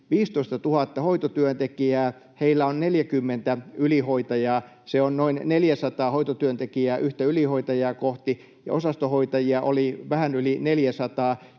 15 000 hoitotyöntekijällä on 40 ylihoitajaa. Se on noin 400 hoitotyöntekijää yhtä ylihoitajaa kohti, ja osastonhoitajia oli vähän yli 400.